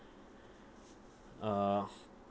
uh